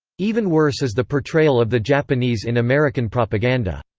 even worse is the portrayal of the japanese in american propaganda.